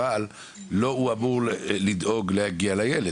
אבל לא הם אלה שאמורים לדאוג להגיע לילד.